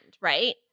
right